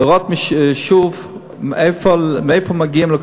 לראות שוב מאיפה מגיעים כל